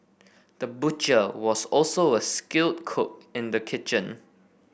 the butcher was also a skilled cook in the kitchen